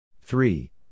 Three